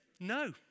no